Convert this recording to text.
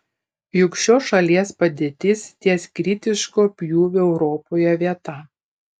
juk šios šalies padėtis ties kritiško pjūvio europoje vieta